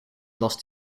lost